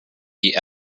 wie